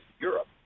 Europe